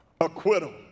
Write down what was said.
Acquittal